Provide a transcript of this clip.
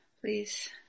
please